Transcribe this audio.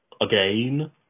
Again